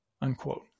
unquote